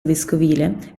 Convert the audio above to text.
vescovile